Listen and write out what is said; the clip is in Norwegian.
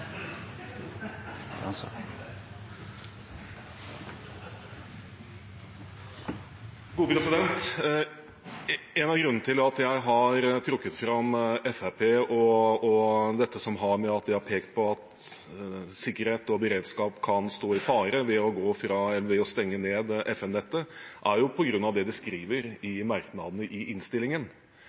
han synest at forslaget frå Framstegspartiet er klokt? Regjeringen gjennomfører de vedtak Stortinget til enhver tid fatter, og forholder seg til det, uavhengig av hvor kloke eller ukloke forslagene er. En av grunnene til at jeg har trukket fram Fremskrittspartiet og det at de har pekt på at sikkerhet og beredskap kan stå i fare ved å stenge ned FM-nettet, er jo